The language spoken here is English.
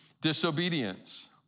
disobedience